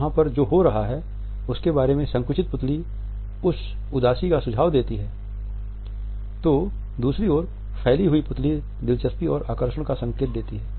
वहां पर जो हो रहा है उसके बारे में संकुचित पुतली एक उदासी का सुझाव देती है तो दूसरी ओर फैली हुई पुतली दिलचस्पी और आकर्षण का संकेत देती है